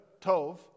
Tov